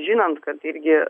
žinant kad irgi